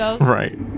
Right